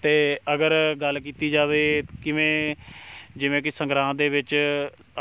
ਅਤੇ ਅਗਰ ਗੱਲ ਕੀਤੀ ਜਾਵੇ ਕਿਵੇਂ ਜਿਵੇਂ ਕਿ ਸੰਗਰਾਂਦ ਦੇ ਵਿੱਚ